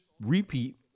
repeat